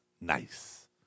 Nice